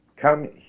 Come